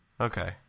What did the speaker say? Okay